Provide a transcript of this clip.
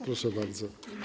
Proszę bardzo.